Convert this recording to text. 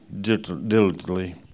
diligently